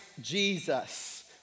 Jesus